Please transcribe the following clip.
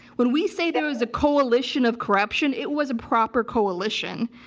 when we say there was a coalition of corruption, it was a proper coalition.